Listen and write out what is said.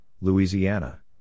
Louisiana